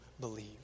believe